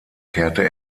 kehrte